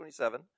27